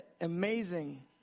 amazing